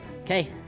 Okay